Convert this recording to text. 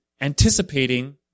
anticipating